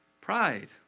Pride